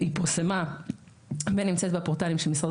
היא פורסמה ונמצאת בפורטלים של משרד